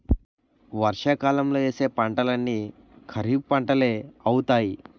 వర్షాకాలంలో యేసే పంటలన్నీ ఖరీఫ్పంటలే అవుతాయి